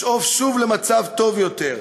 לשאוף שוב למצב טוב יותר,